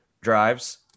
drives